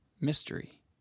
mystery